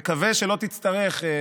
מקווה שלא תצטרך,